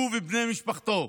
הוא ובני משפחתו.